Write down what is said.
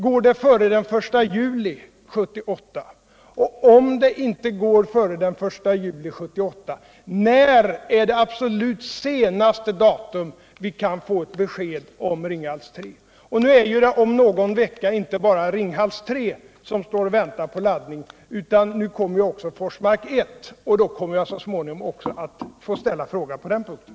Går det före I juli 1978? Om det inte går före detta datum, när är då det absolut senaste datum vi kan få ett besked om Ringhals 37 Om någon vecka står inte bara Ringhals 3 och väntar på laddning utan nu kommer också Forsmark 1. Så småningom kommer jag då att även få ställa en fråga på den punkten.